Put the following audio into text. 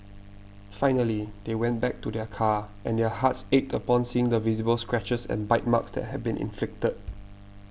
finally they went back to their car and their hearts ached upon seeing the visible scratches and bite marks that had been inflicted